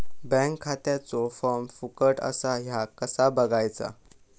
Bank खात्याचो form फुकट असा ह्या कसा बगायचा?